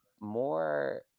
more